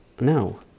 no